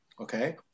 okay